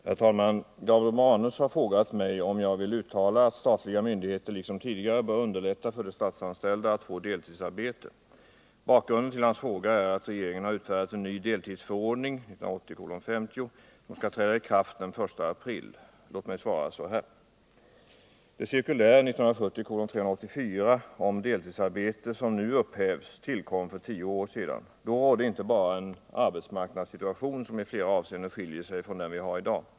Herr talman! Gabriel Romanus har frågat mig om jag vill uttala att statliga myndigheter liksom tidigare bör underlätta för de statsanställda att få deltidsarbete. Bakgrunden till hans fråga är att regeringen har utfärdat en ny deltidsförordning , som skall träda i kraft den 1 april. Låt mig svara så här. Det cirkulär om deltidsarbete som nu upphävs tillkom för tio år sedan. Då rådde inte bara en arbetsmarknadssituation som i flera avseenden skiljer sig från den vi har i dag.